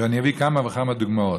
ואני אביא כמה וכמה דוגמאות.